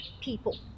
people